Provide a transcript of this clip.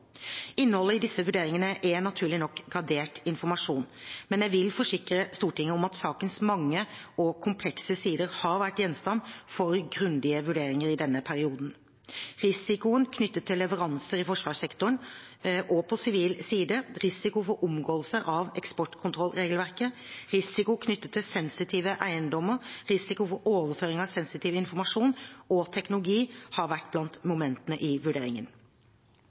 Innholdet i disse vurderingene er, naturlig nok, gradert informasjon, men jeg vil forsikre Stortinget om at sakens mange og komplekse sider har vært gjenstand for grundige vurderinger i denne perioden. Risikoen knyttet til leveranser i forsvarssektoren og på sivil side, risiko for omgåelse av eksportkontrollregelverket, risiko knyttet til sensitive eiendommer, risiko for overføring av sensitiv informasjon og teknologi har vært blant momentene i